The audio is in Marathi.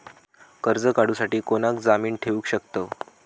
कर्ज काढूसाठी कोणाक जामीन ठेवू शकतव?